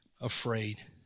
afraid